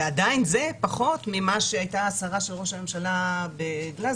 ועדיין זה פחות ממה שהייתה השרה של ראש הממשלה בגלזגו.